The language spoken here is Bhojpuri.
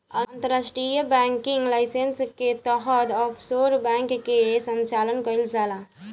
अंतर्राष्ट्रीय बैंकिंग लाइसेंस के तहत ऑफशोर बैंक के संचालन कईल जाला